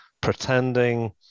pretending